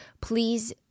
please